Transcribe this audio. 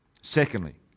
Secondly